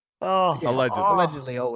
Allegedly